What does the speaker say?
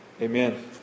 Amen